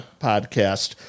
podcast